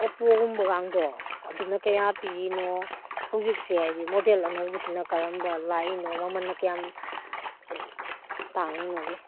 ꯑꯣꯞꯄꯣꯒꯨꯝꯕ ꯒꯥꯡꯗꯣ ꯑꯗꯨꯅ ꯀꯌꯥ ꯄꯤꯔꯤꯅꯣ ꯍꯧꯖꯤꯛꯁꯦ ꯍꯥꯏꯗꯤ ꯃꯣꯗꯦꯜ ꯑꯅꯧꯕꯁꯤꯅ ꯀꯔꯝꯕ ꯂꯛꯏꯅꯣ ꯃꯃꯟꯅ ꯀꯌꯥꯝ ꯇꯥꯡꯉꯤꯅꯣꯒꯤ